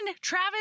Travis